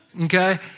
okay